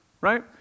right